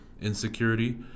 insecurity